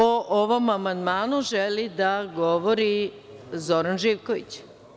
O ovom amandmanu želi da govori Zoran Živković.